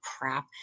crap